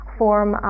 form